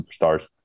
superstars